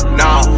now